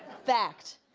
fact.